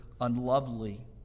unlovely